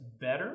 better